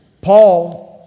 Paul